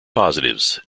positives